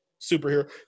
superhero